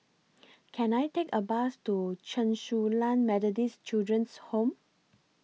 Can I Take A Bus to Chen Su Lan Methodist Children's Home